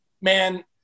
man